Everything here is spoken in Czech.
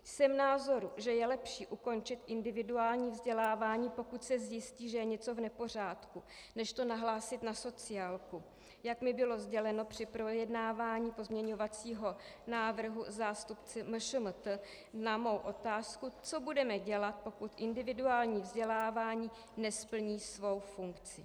Jsem názoru, že je lepší ukončit individuální vzdělávání, pokud se zjistí, že je něco v nepořádku, než to nahlásit na sociálku, jak mi bylo sděleno při projednávání pozměňovacího návrhu zástupci MŠMT na mou otázku, co budeme dělat, pokud individuální vzdělávání nesplní svou funkci.